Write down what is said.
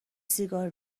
سیگار